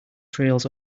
trails